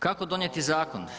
Kako donijeti zakon?